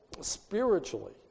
spiritually